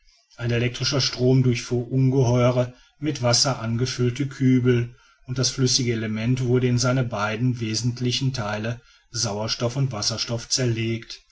ein elektrischer strom durchfuhr ungeheure mit wasser angefüllte kübel und das flüssige element wurde in seine beiden wesentlichen theile sauerstoff und wasserstoff zerlegt